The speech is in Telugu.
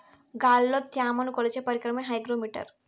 గాలిలో త్యమను కొలిచే పరికరమే హైగ్రో మిటర్